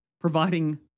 providing